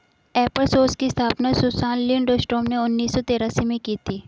एपर सोर्स की स्थापना सुसान लिंडस्ट्रॉम ने उन्नीस सौ तेरासी में की थी